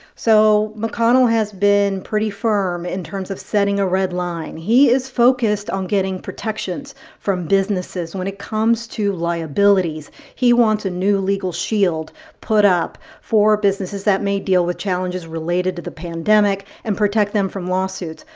so mcconnell has been pretty firm in terms of setting a red line. he is focused on getting protections from businesses when it comes to liabilities. he wants a new legal shield put up for businesses that may deal with challenges related to the pandemic and protect them from lawsuits.